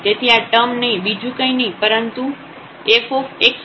તેથી આ ટર્મ નહીં બીજું કંઈ નહીં પરંતુ fxΔx fΔx છે